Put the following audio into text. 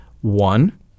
One